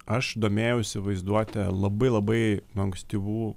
aš domėjausi vaizduote labai labai nuo ankstyvų